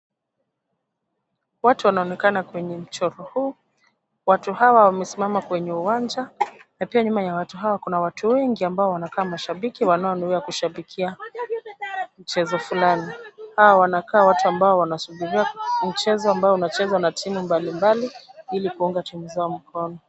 Watu wanaonekana kwenye mchoro huu. Watu hawa wamesimama kwenye uwanja na pia nyuma ya watu hawa kuna watu wengi ambao wanakaa mashabiki wanaonuia kushabikia mchezo fulani. Hawa wanakaa watu ambao wanasubiria mchezo ambao unachezwa na timu mbalimbali ili kuunga timu zao mkono.